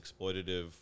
exploitative